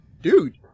dude